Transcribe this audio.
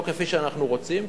לא כפי שאנחנו רוצים,